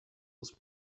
was